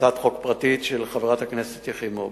הצעת חוק פרטית של חברת הכנסת יחימוביץ,